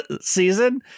season